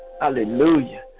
Hallelujah